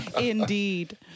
Indeed